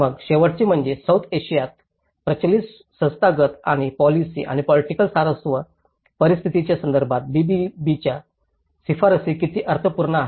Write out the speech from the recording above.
मग शेवटचे म्हणजे सौथ आशियातील प्रचलित संस्थागत आणि पोलिसी आणि पोलिटिकल स्वारस्य परिस्थितीच्या संदर्भात बीबीबीच्या शिफारसी किती अर्थपूर्ण आहेत